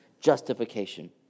justification